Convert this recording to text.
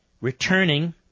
returning